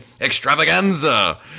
extravaganza